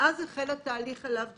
מאז החל התהליך עליו דיברתי.